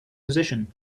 position